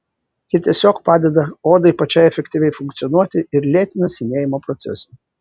ji tiesiog padeda odai pačiai efektyviai funkcionuoti ir lėtina senėjimo procesą